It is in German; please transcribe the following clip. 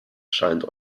scheint